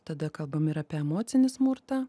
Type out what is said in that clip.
tada kalbam ir apie emocinį smurtą